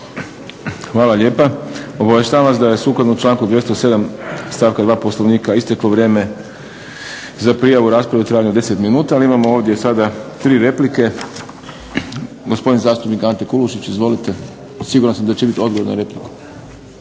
Hvala lijepa. Obavještavam vas da je sukladno članku 207. Stavku 2. Poslovnika isteklo vrijeme za prijavu rasprave u trajanju od 10 minuta. Ali imamo ovdje sada tri replike. Gospodin zastupnik Ante Kulušić. Izvolite. Siguran sam da će biti odgovor na repliku.